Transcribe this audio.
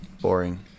Boring